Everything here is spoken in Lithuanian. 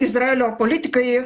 izraelio politikai